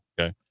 okay